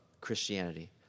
Christianity